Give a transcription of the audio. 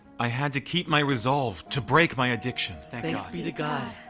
i had to keep my resolve to break my addiction. thanks be to god!